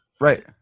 right